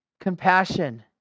Compassion